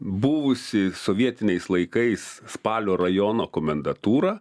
buvusi sovietiniais laikais spalio rajono komendatūra